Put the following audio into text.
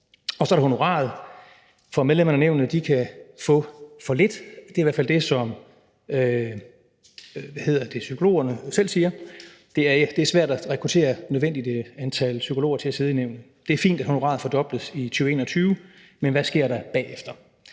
Så er der honoraret. For medlemmerne af nævnet kan få for lidt. Det er i hvert fald det, som psykologerne selv siger, altså at det er svært at rekruttere det nødvendige antal psykologer til at sidde i nævnet. Det er fint, at honoraret fordobles i 2021, men hvad sker der bagefter?